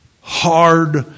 hard